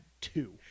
two